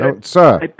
sir